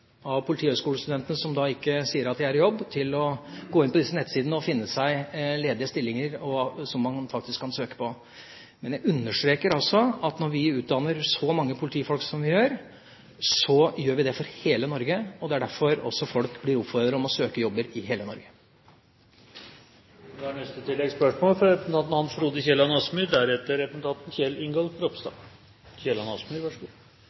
av politihøgskolestudentene som sier de ikke er i jobb, til å gå inn på disse nettsidene og finne seg ledige stillinger som man faktisk kan søke på. Men jeg understreker at når vi utdanner så mange politifolk som vi gjør, så gjør vi det for hele Norge. Det er også derfor folk blir oppfordret om å søke jobber i hele Norge.